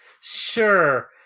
sure